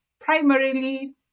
primarily